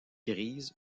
grise